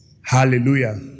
Hallelujah